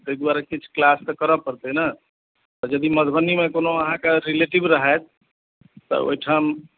तै दुआरे किछु क्लास त करय पड़तैय ने यदि मधुबनी मे कोनो अहाँकें रिलेटिव रहथि तऽ ओहिठाम